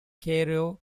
cairo